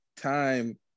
time